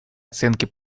оценки